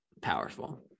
powerful